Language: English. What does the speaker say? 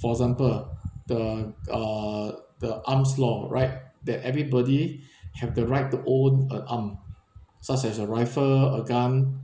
for example the uh the arms law right that everybody have the right to own a arm such as a rifle a gun